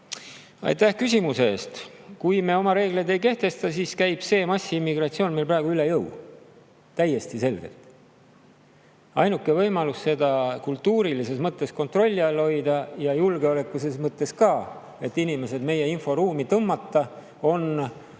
Aitäh küsimuse eest! Kui me oma reegleid ei kehtesta, siis käib see massiimmigratsioon meil praegu üle jõu. Täiesti selgelt! Ainuke võimalus seda kultuurilises mõttes kontrolli all hoida ja julgeolekulises mõttes ka, et inimesed meie inforuumi tõmmata, on